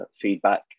feedback